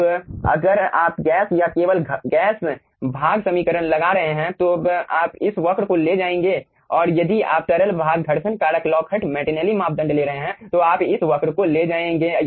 अब अगर आप गैस या केवल गैस भाग समीकरण लगा रहे हैं तब आप इस वक्र को ले जाएंगे और यदि आप तरल भाग घर्षण कारक लॉकहार्ट मार्टिनेली मापदंड ले रहे हैं तो आप इस वक्र को ले जाएंगे